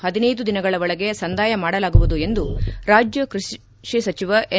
ಹದಿನೈದು ದಿನಗಳ ಒಳಗೆ ಸಂದಾಯ ಮಾಡಲಾಗುವದು ಎಂದು ರಾಜ್ಯ ಕೃಷಿ ಸಚಿವ ಎಚ್